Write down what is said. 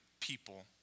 people